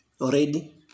already